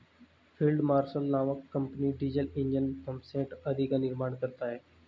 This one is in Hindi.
फील्ड मार्शल नामक कम्पनी डीजल ईंजन, पम्पसेट आदि का निर्माण करता है